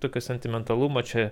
tokio sentimentalumo čia